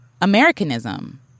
americanism